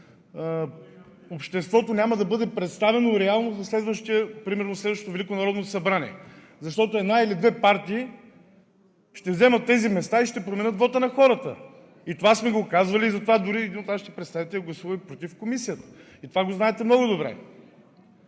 примерно, няма да бъде представено реално за следващото Велико народно събрание, защото една или две партии ще вземат тези места и ще променят вота на хората. Това сме го казвали и затова дори един от нашите представители гласува и „против“ в Комисията. И това го знаете много добре.